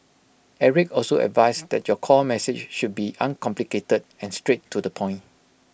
Eric also advised that your core message should be uncomplicated and straight to the point